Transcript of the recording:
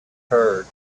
herd